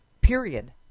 period